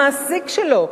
המעסיק שלו,